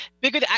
bigger